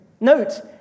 Note